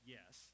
Yes